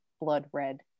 blood-red